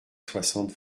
soixante